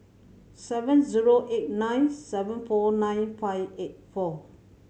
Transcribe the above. seven zero eight nine seven four nine five eight four